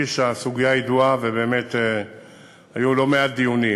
הסוגיה ידועה ובאמת היו לא מעט דיונים.